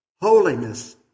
holiness